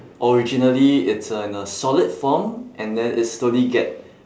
originally it's uh in a solid form and then it slowly get